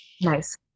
Nice